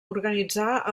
organitzar